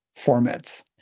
formats